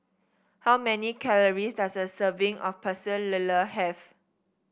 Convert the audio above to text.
how many calories does a serving of Pecel Lele have